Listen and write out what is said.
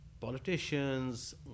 politicians